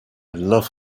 love